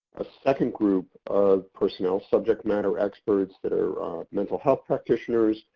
a second group of personnel, subject matter experts that are mental health practitioners,